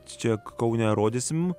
čia kaune rodysim